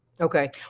Okay